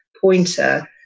pointer